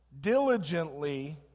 diligently